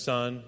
Son